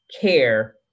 care